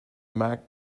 mack